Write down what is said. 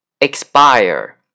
expire